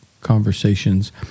conversations